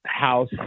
house